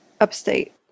upstate